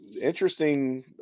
interesting